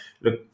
look